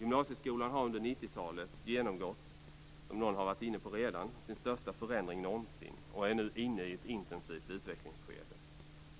Gymnasieskolan har under 90-talet genomgått, som någon talare redan varit inne på, sin största förändring någonsin och är nu inne i ett intensivt utvecklingsskede.